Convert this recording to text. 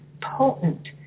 potent